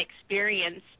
experience